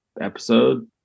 episode